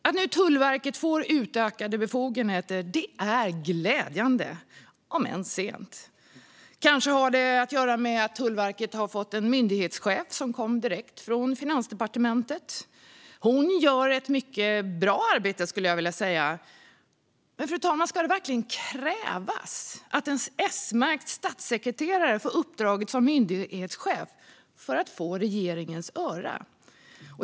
Att Tullverket nu får utökade befogenheter är glädjande, om än sent. Kanske har det att göra med att Tullverket har fått en myndighetschef som kom direkt från Finansdepartementet. Hon gör ett mycket bra arbete, skulle jag vilja säga. Men, fru talman, ska det verkligen krävas att en S-märkt statssekreterare får uppdraget som myndighetschef för att få regeringens öra?